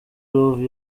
love